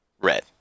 red